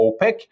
OPEC